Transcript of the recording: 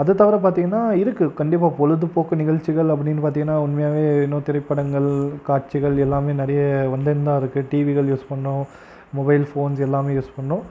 அதை தவிர பார்த்திங்னா இருக்குது கண்டிப்பாக பொழுதுபோக்கு நிகழ்ச்சிகள் அப்படினு பார்த்தீங்கனா உண்மையாகவே இன்னும் திரைப்படங்கள் காட்சிகள் எல்லாமே நிறைய வந்துனுதானிருக்கு டிவிகள் யூஸ் பண்ணோம் மொபைல் ஃபோன்ஸ் எல்லாமே யூஸ் பண்ணோம்